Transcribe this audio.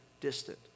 distant